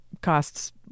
costs